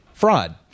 fraud